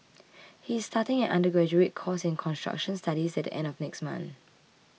he is starting an undergraduate course in construction studies at the end of next month